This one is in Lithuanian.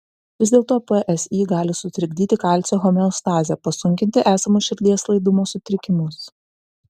vis dėlto psi gali sutrikdyti kalcio homeostazę pasunkinti esamus širdies laidumo sutrikimus